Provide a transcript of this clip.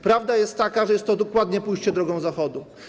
Prawda jest taka, że jest to dokładnie pójście drogą Zachodu.